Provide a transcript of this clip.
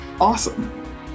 Awesome